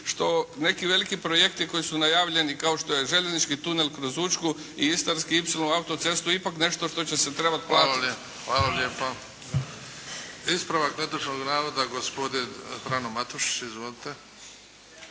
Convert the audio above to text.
što neki veliki projekti koji su najavljeni kao što je željeznički tunel kroz Učku i Istarski ipsilon, autocestu ipak nešto što će se trebat platit. **Bebić, Luka (HDZ)** Hvala lijepo. Ispravak netočnog navoda gospodin Frano Matušić. Izvolite!